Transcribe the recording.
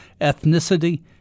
ethnicity